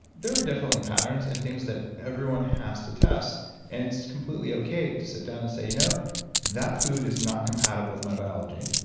there are definitely patterns and things that everyone has to test and it's completely okay to sit down and say, you know that food is not compatible with my biology.